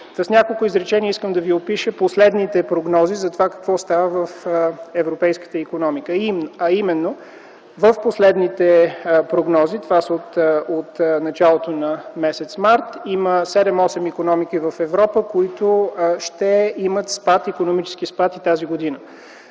С няколко изречения искам да опиша последните прогнози какво става в европейската икономика. В последните прогнози – от началото на м. март т.г. – има 7-8 икономики в Европа, които ще имат икономически спад и тази година.